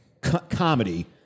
comedy